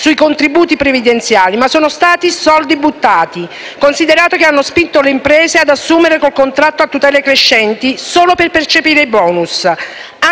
sui contributi previdenziali; ma sono stati soldi buttati, considerato che hanno spinto le imprese ad assumere col contratto a tutele crescenti solo per percepire il *bonus*,